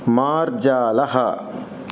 मार्जालः